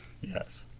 Yes